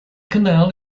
canal